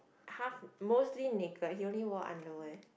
half mostly naked he only wore underwear